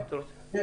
יש.